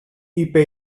είπε